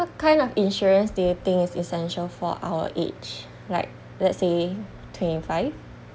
what kind of insurance do you think is essential for our age like let's say twenty-five